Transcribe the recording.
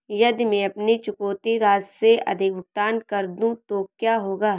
यदि मैं अपनी चुकौती राशि से अधिक भुगतान कर दूं तो क्या होगा?